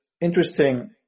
interesting